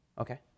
Okay